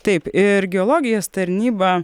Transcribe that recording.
taip ir geologijos tarnyba